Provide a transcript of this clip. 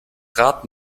rad